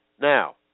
Now